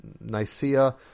Nicaea